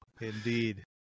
Indeed